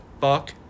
fuck